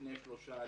לפני שלושה,